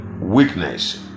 weakness